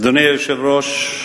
אדוני היושב-ראש,